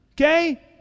Okay